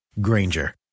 Granger